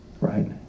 right